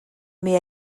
mais